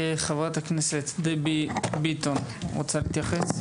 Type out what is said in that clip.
חברת הכנסת דבי ביטון, רוצה להתייחס?